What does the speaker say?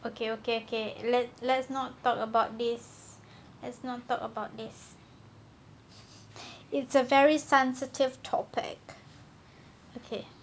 okay okay okay let let's not talk about this let's not talk about this it's a very sensitive topic okay